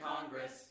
Congress